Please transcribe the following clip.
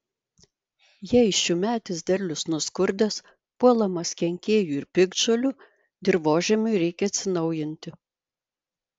jei šiųmetis derlius nuskurdęs puolamas kenkėjų ir piktžolių dirvožemiui reikia atsinaujinti